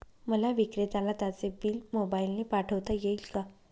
मला विक्रेत्याला त्याचे बिल मोबाईलने पाठवता येईल का?